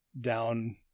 down